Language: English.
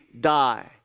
die